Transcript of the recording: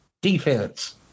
Defense